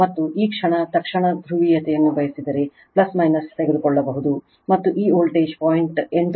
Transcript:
ಮತ್ತು ಈ ಕ್ಷಣ ತಕ್ಷಣ ಧ್ರುವೀಯತೆಯನ್ನು ಬಯಸಿದರೆ ತೆಗೆದುಕೊಳ್ಳಬಹುದು ಮತ್ತು ಈ ವೋಲ್ಟೇಜ್ 0